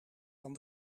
van